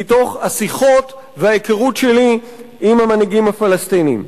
מתוך השיחות וההיכרות שלי עם המנהיגים הפלסטינים.